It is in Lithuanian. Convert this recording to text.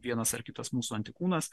vienas ar kitas mūsų antikūnas